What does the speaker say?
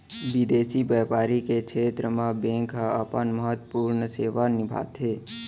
बिंदेसी बैपार के छेत्र म बेंक ह अपन महत्वपूर्न सेवा निभाथे